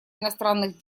иностранных